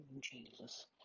Jesus